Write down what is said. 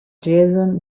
jason